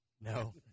No